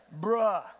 Bruh